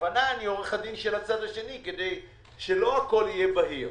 בכוונה אני עורך הדין של הצד השני כדי שלא הכול יהיה בהיר.